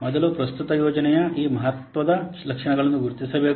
ಮೊದಲು ಪ್ರಸ್ತುತ ಯೋಜನೆಯ ಈ ಮಹತ್ವದ ಲಕ್ಷಣಗಳನ್ನು ಗುರುತಿಸಬೇಕು